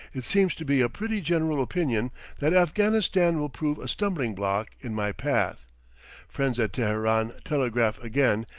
it seems to be a pretty general opinion that afghanistan will prove a stumbling-block in my path friends at teheran telegraph again,